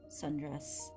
sundress